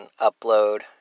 upload